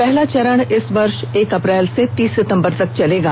पहला चरण इस वर्ष एक अप्रैल से तीस सितंबर तक चलेगा